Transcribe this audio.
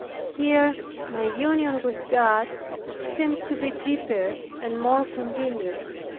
here my union with god seemed to be deeper and more continued,